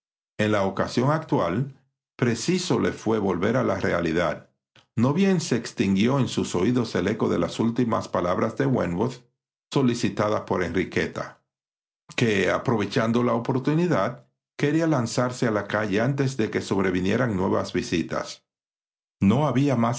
en la ocasión actual preciso le fué volver a la realidad no bien se extinguió en sus oídos el eco de las últimas palabras de wentworth solicitada por enriqueta que aprovechando la oportunidad quería lanzarse a la calle antes de que sobrevinieran nuevas visitas no había más